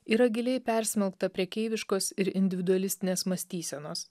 yra giliai persmelkta prekeiviškos ir individualistinės mąstysenos